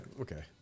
okay